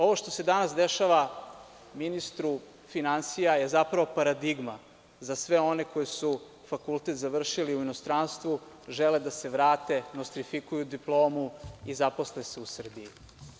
Ono što se danas dešava ministru finansija je zapravo paradigma za sve one koji su fakultet završili u inostranstvu, žele da se vrate, nostrifikuju diplomu i zaposle se u Srbiji.